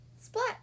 Splat